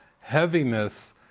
heaviness